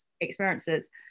experiences